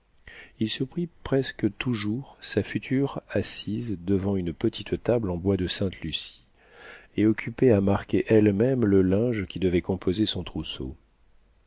il surprit presque toujours sa future assise devant une petite table en bois de sainte lucie et occupée à marquer elle-même le linge qui devait composer son trousseau